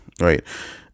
Right